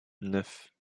neuf